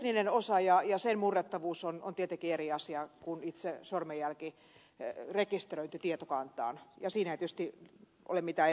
tekninen osa ja sen murrettavuus on tietenkin eri asia kuin itse sormenjäljen rekisteröinti tietokantaan ja siinä ei tietysti ole mitään epäselvää